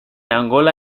angola